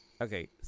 okay